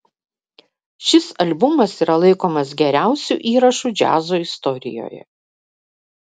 šis albumas yra laikomas geriausiu įrašu džiazo istorijoje